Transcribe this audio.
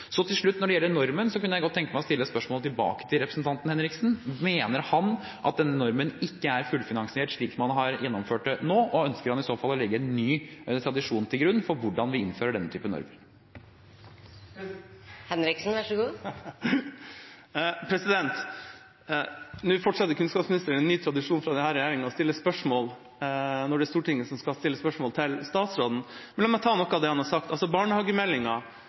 Så til slutt, når det gjelder normen, kunne jeg godt tenke meg å stille et spørsmål tilbake til representanten Henriksen: Mener han at denne normen ikke er fullfinansiert slik man har gjennomført det nå, og ønsker han i så fall å legge en ny tradisjon til grunn for hvordan vi innfører denne typen norm? Nå fortsetter kunnskapsministeren en ny tradisjon fra denne regjeringa med å stille spørsmål når det er Stortinget som skal stille spørsmål til statsråden. Men la meg ta tak i noe av det han har sagt.